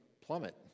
plummet